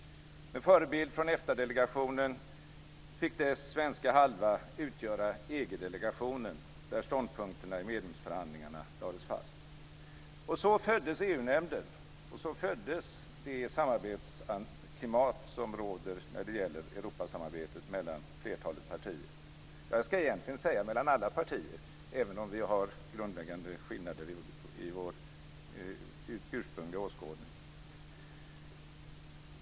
Med förebild från EFTA-delegationen fick dess svenska halva utgöra EG-delegationen, där ståndpunkterna i medlemsförhandlingarna lades fast. Så föddes EU-nämnden, och så föddes det samarbetsklimat som råder när det gäller Europasamarbetet mellan flertalet partier. Egentligen kan jag säga mellan alla partier även om vi har grundläggande skillnader i vår ursprungliga åskådning.